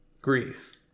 Greece